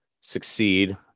succeed